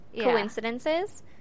coincidences